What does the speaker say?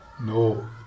No